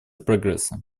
прогресса